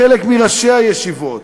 מחלק מראשי הישיבות,